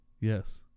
Yes